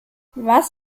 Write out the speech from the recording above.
was